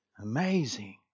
Amazing